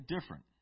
different